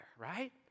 right